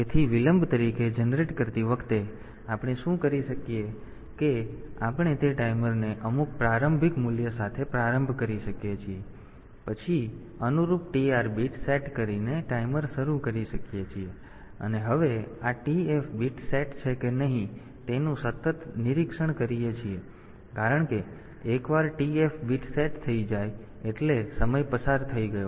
તેથી વિલંબ તરીકે જનરેટ કરતી વખતે આપણે શું કરી શકીએ કે આપણે તે ટાઈમરને અમુક પ્રારંભિક મૂલ્ય સાથે પ્રારંભ કરી શકીએ છીએ પછી અનુરૂપ TR બિટ સેટ કરીને ટાઈમર શરૂ કરી શકીએ છીએ અને હવે આ TF બિટ સેટ છે કે નહીં તેનું સતત નિરીક્ષણ કરીએ છીએ કારણ કે એકવાર TF બિટ સેટ થઈ જાય એટલે સમય પસાર થઈ ગયો